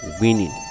winning